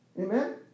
Amen